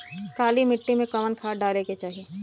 काली मिट्टी में कवन खाद डाले के चाही?